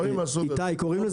דברים מהסוג הזה.